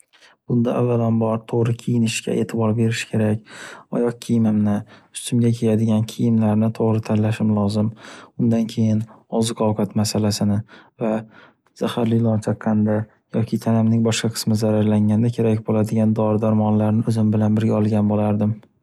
Bunda avvalambor to’g’ri kiyinishga etibor berish kerak. Oyoq kiyimimni, ustimga kiyadigan kiyimlarni to’g’ri tanlashim lozim. Undan keyin, oziq-ovqat masalasini va zaharli ilon chaqqanda, yoki tanamning boshqa qismi zararlanganda kerak bo’ladigan dori-darmonlarni o’zim bilan birga olgan bo’lardim.